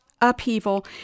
upheaval